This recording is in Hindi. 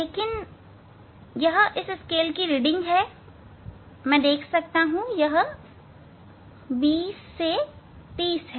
लेकिन यह इसकी स्केल रीडिंग है मैं देख सकता हूं यह 20 से 30 है